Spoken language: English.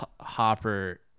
Hopper